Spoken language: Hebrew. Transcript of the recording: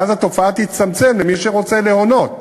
ואז התופעה תצטמצם, ומי שרוצה להונות,